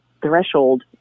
threshold